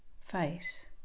face